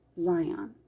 Zion